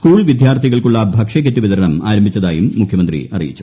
school വിദ്യാർത്ഥികൾക്കുള്ള ഭക്ഷ്യക്കിറ്റ് വിതരണം ആരംഭിച്ചതായും മുഖ്യമന്ത്രി അറിയിച്ചു